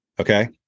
okay